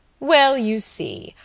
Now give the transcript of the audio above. well, you see,